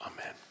Amen